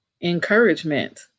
encouragement